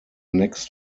next